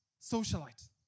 socialite